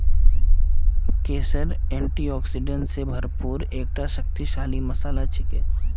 केसर एंटीऑक्सीडेंट स भरपूर एकता शक्तिशाली मसाला छिके